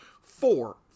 four